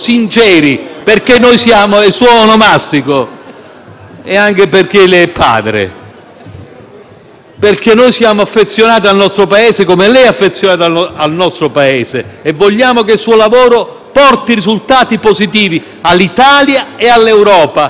che siamo affezionati al nostro Paese, come lo è lei, e vogliamo che il suo lavoro porti risultati positivi all'Italia e all'Europa, ma attraverso una posizione chiara e con una doppia consapevolezza.